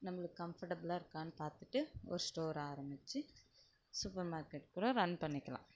நம்மளுக்கு கம்ஃபர்டபிளா இருக்கான்னு பார்த்துட்டு ஒரு ஸ்டோர் ஆரம்மிச்சி சூப்பர் மார்க்கெட் கூட ரன் பண்ணிக்கலாம்